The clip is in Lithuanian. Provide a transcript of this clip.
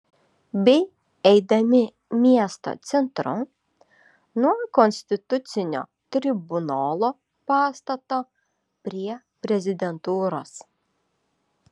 bei eidami miesto centru nuo konstitucinio tribunolo pastato prie prezidentūros